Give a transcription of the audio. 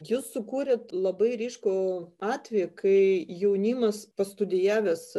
jūs sukūrėt labai ryškų atvejį kai jaunimas pastudijavęs